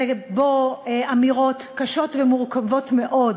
ובו אמירות קשות ומורכבות מאוד,